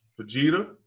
Vegeta